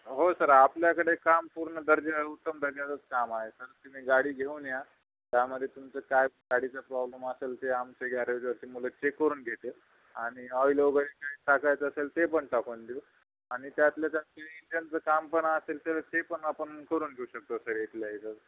हो सर आपल्याकडे काम पूर्ण दर्जा उत्तम दर्जाचंच काम आहे सर तुम्ही गाडी घेऊन या त्यामध्ये तुमचं काय गाडीचं प्रॉब्लम असेल ते आमच्या ग्यारेजवरजे मुलं चेक करून घेते आणि ऑइल वगैरे काय टाकायचं असेल ते पण टाकून देऊ आणि त्यातल्या त्यात इंजनचं कामपण असेल तर ते पण आपण करून घेऊ शकतो सर इथल्या इथे